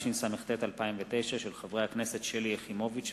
התשס"ט 2009, מאת חבר הכנסת אורי אורבך,